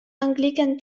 anglican